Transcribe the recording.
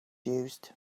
used